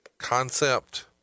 concept